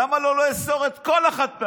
למה לא לאסור את כל החד-פעמי?